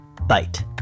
bite